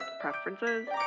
preferences